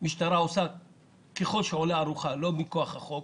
המשטרה עושה ככל שעולה על רוחה, לא מכוח החוק.